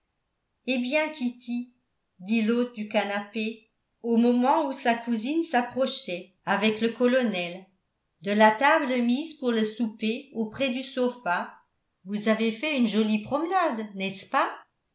eh bien kitty dit l'hôte du canapé au moment où sa cousine s'approchait avec le colonel de la table mise pour le souper auprès du sofa vous avez fait une jolie promenade n'est-ce pas